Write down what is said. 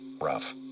rough